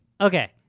Okay